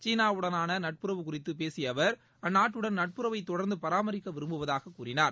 சீனாவுடனான நட்புறவு குறித்து பேசிய அவர் அந்நாட்டுடன் நட்புறவை தொடர்ந்து பராமரிக்க விரும்புவதாகக் கூறினார்